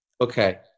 Okay